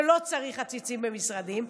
לא צריך עציצים במשרדים,